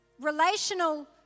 relational